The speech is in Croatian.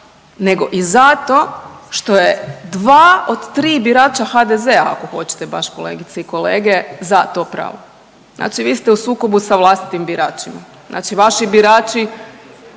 nego i zato što je 2 od 3 birača HDZ-a, ako hoćete baš, kolegice i kolege, za to pravo. Znači vi ste u sukobu sa vlastitim biračima. Znači vaši birači,